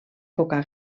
boca